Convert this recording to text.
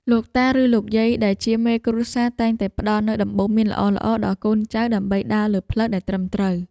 លោកតា ឬលោកយាយដែលជាមេគ្រួសារតែងតែផ្តល់នូវដំបូន្មានល្អៗដល់កូនចៅដើម្បីដើរលើផ្លូវដែលត្រឹមត្រូវ។